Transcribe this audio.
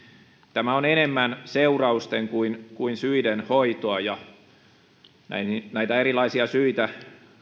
tämä on enemmän seurausten kuin kuin syiden hoitoa näitä erilaisia syitä